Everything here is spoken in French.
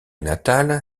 natal